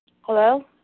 Hello